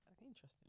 interesting